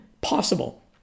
possible